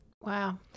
Wow